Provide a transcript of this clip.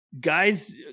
guys